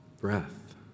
breath